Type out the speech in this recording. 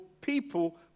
people